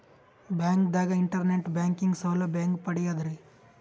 ಬ್ಯಾಂಕ್ದಾಗ internet banking ಸೌಲಭ್ಯ ಹೆಂಗ್ ಪಡಿಯದ್ರಿ?